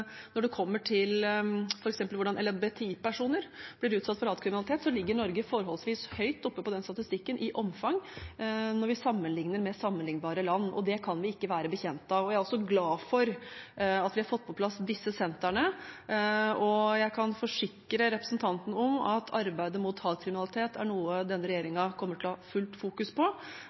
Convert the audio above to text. når det gjelder f.eks. hvordan LHBTI-personer blir utsatt for hatkriminalitet, ligger Norge forholdsvis høyt oppe på den statistikken i omfang når vi sammenlikner med sammenliknbare land. Det kan vi ikke være bekjent av. Jeg er også glad for at vi har fått på plass disse sentrene, og jeg kan forsikre representanten om at arbeidet mot hatkriminalitet er noe denne regjeringen kommer til å ha fullt fokus på.